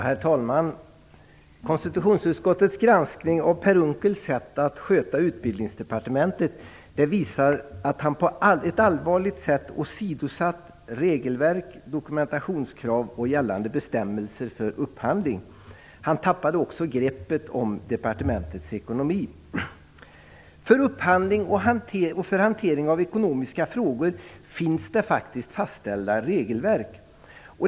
Herr talman! Konstitutionsutskottets granskning av Per Unckels sätt att sköta Utbildningsdepartementet visar att han på ett allvarligt sätt åsidosatte regelverk, dokumentationskrav och gällande bestämmelser för upphandling. Han tappade också greppet om departementets ekonomi. För upphandling och för hantering av ekonomiska frågor finns det fastställda regelverk.